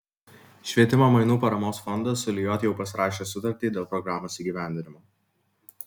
švietimo mainų paramos fondas su lijot jau pasirašė sutartį dėl programos įgyvendinimo